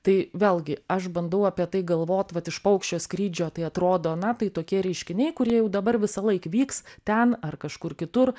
tai vėlgi aš bandau apie tai galvot vat iš paukščio skrydžio tai atrodo na tai tokie reiškiniai kurie jau dabar visąlaik vyks ten ar kažkur kitur